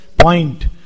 point